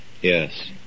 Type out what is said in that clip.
Yes